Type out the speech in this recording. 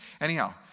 Anyhow